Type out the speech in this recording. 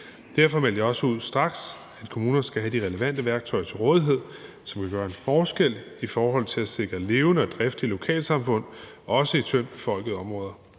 Derfor meldte jeg også ud straks, at kommunerne skal have de relevante værktøjer til rådighed, som vil gøre en forskel i forhold til at sikre levende og driftige lokalsamfund også i tyndtbefolkede områder.